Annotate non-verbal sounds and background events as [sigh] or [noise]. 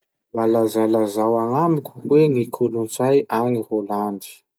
Mba lazalazao agnamiko hoe [noise] ny kolotsay agny Holandy?